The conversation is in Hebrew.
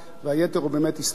והיתר הוא באמת היסטוריה,